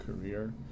career